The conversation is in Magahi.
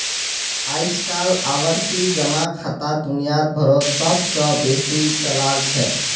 अइजकाल आवर्ती जमा खाता दुनिया भरोत सब स बेसी चलाल छेक